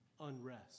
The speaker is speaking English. unrest